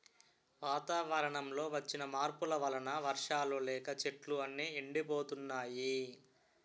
వాతావరణంలో వచ్చిన మార్పుల వలన వర్షాలు లేక చెట్లు అన్నీ ఎండిపోతున్నాయి